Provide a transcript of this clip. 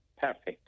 perfect